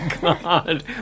God